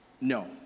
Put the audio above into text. No